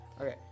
Okay